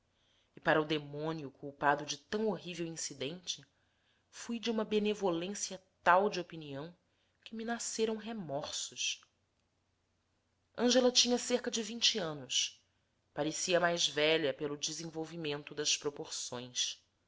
e para o demônio culpado de tão horrível incidente fui de uma benevolência tal de opinião que me nasceram remorsos ângela tinha cerca de vinte anos parecia mais velha pelo desenvolvimento das proporções